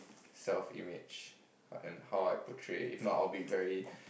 self image and how I portray if not I'll be very